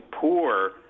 poor